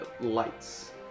lights